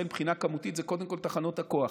מבחינה כמותית זה קודם כול תחנות הכוח,